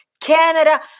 Canada